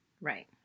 Right